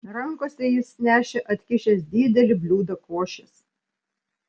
rankose jis nešė atkišęs didelį bliūdą košės